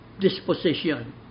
disposition